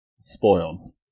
Spoiled